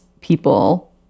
people